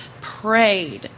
prayed